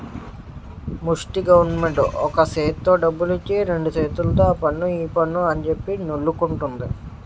ముస్టి గవరమెంటు ఒక సేత్తో డబ్బులిచ్చి రెండు సేతుల్తో ఆపన్ను ఈపన్ను అంజెప్పి నొల్లుకుంటంది